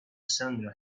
cylinder